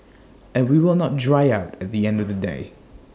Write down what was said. and we will not dry out at the end of the day